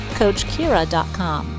coachkira.com